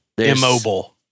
Immobile